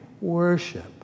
worship